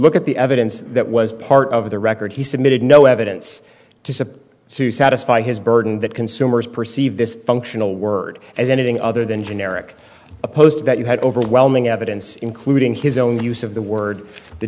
look at the evidence that was part of the record he submitted no evidence to support to satisfy his burden that consumers perceive this functional word as anything other than generic opposed that you had overwhelming evidence including his own use of the word the